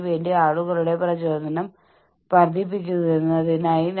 ഞാൻ ഉദ്ദേശിച്ചത് എന്നെ നോക്കൂ ഈ വ്യായാമം അഞ്ചോ ആറോ തവണ ആവർത്തിക്കുക